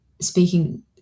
speaking